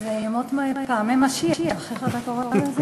זה פעמי משיח, איך אתה קורא לזה?